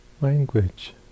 language